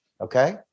okay